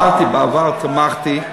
אמרתי: בעבר תמכתי.